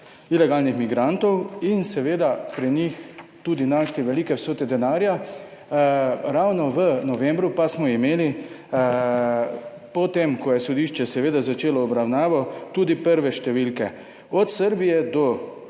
ilegalnih migrantov in seveda pri njih tudi našli velike vsote denarja. Ravno v novembru pa smo imeli po tem, ko je sodišče seveda začelo obravnavo tudi prve številke. Od Srbije do